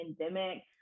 pandemic